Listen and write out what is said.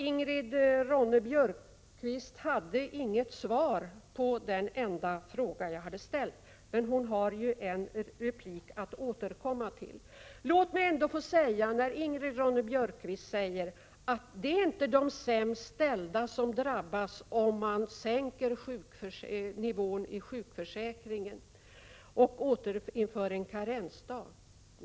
Ingrid Ronne-Björkqvist hade inget svar på den enda fråga som jag ställde, men hon har ju ytterligare en replik. Ingrid Ronne-Björkqvist sade att det inte är de sämst ställda som drabbas, om man sänker sjukförsäkringsnivån och återinför en karensdag.